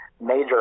major